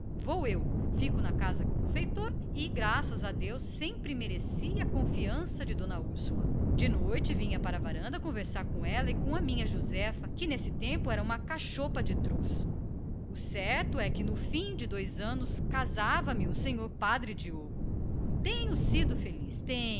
vou eu fico a servir na casa e graças a deus sempre mereci a confiança de d úrsula de noite vinha para a varanda conversar com ela junto com a minha josefa que nesse tempo era uma tetéia que se podia ver o certo é que ao fim de dois anos casava nos o senhor padre diogo e em boa hora o diga tenho sido feliz